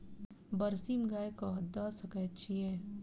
बरसीम गाय कऽ दऽ सकय छीयै?